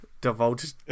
divulge